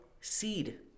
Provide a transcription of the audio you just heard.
seed